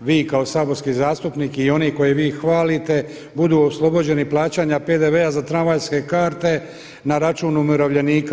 vi kao saborski zastupnik i oni koje vi hvalite budu oslobođeni plaćanja PDV-a za tramvajske karte na račun umirovljenika.